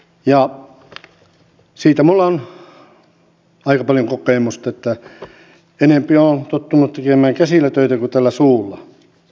ja siitä minulla on aika paljon kokemusta enempi olen tottunut tekemään käsillä töitä kuin tällä suulla